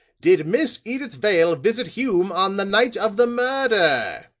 did miss edyth vale visit hume on the night of the murder?